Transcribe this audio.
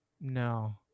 No